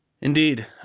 Indeed